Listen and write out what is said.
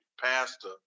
pastor